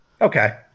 Okay